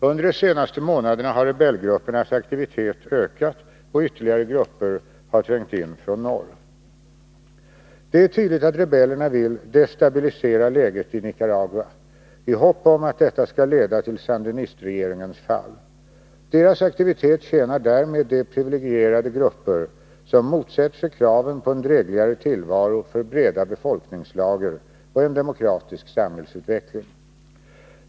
Under de senaste månaderna har rebellgruppernas aktivitet ökat, och ytterligare grupper har trängt in från norr. Det är tydligt att rebellerna vill destabilisera läget i Nicaragua i hopp om att detta skall leda till sandinistregeringens fall. Deras aktivitet tjänar därmed de privilegierade grupper som motsätter sig kraven på en drägligare tillvaro för bredare befolkningslager och en demokratisk samhällsutveckling.